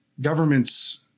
government's